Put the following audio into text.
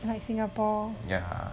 like singapore